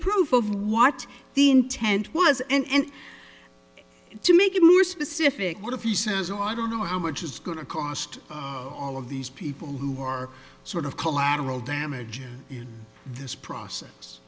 proof of what the intent was and to make it more specific what if he says oh i don't know how much it's going to cost of these people who are sort of collateral damage this process